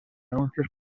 anuncios